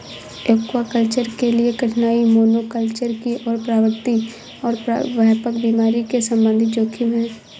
aquaculture के लिए कठिनाई मोनोकल्चर की ओर प्रवृत्ति और व्यापक बीमारी के संबंधित जोखिम है